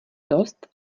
dost